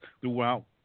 throughout